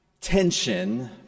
tension